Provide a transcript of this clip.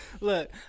Look